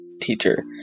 teacher